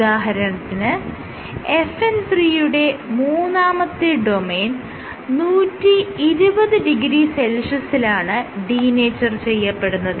ഉദാഹരണത്തിന് FN 3 യുടെ മൂന്നാമത്തെ ഡൊമെയ്ൻ 1200 സെൽഷ്യസിലാണ് ഡീനേച്ചർ ചെയ്യപ്പെടുന്നത്